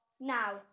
now